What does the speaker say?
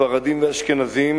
ספרדים ואשכנזים,